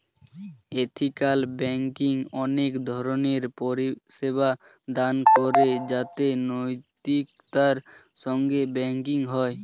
ethical banking অনেক ধরণের পরিষেবা দান করে যাতে নৈতিকতার সঙ্গে ব্যাঙ্কিং হয়